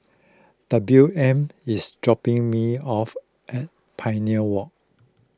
W M is dropping me off at Pioneer Walk